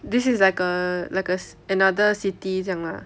this is like a like a another city 这样 lah